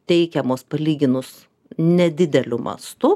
teikiamos palyginus nedideliu mastu